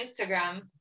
Instagram